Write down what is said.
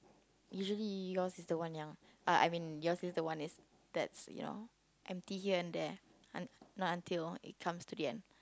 usually yours is the one yang uh I mean yours is the one is that's you know empty here and there un~ not until it comes to the end